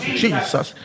jesus